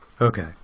Okay